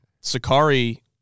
Sakari